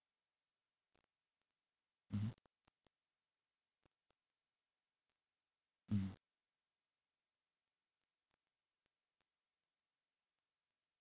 mmhmm mm